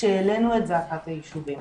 כשהעלינו את זעקת היישובים.